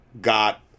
got